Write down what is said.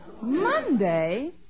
Monday